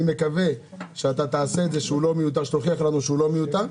אני מקווה שתוכיח לנו שהוא לא מיותר.